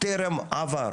טרם עבר.